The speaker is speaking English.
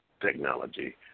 technology